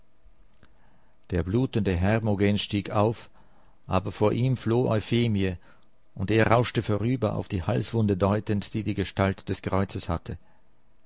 der blutende hermogen stieg auf aber vor ihm floh euphemie und er rauschte vorüber auf die halswunde deutend die die gestalt des kreuzes hatte